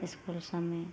इसकुलसबमे